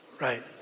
Right